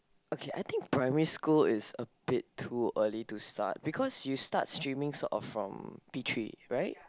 okay I think primary school is a bit too early to start because you start streaming sort of from P-three right